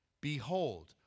behold